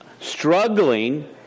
struggling